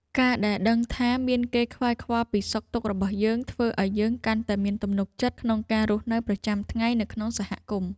ការដែលដឹងថាមានគេខ្វល់ខ្វាយពីសុខទុក្ខរបស់យើង ធ្វើឱ្យយើងកាន់តែមានទំនុកចិត្តក្នុងការរស់នៅប្រចាំថ្ងៃនៅក្នុងសហគមន៍។